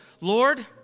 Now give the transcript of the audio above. Lord